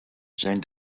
zijn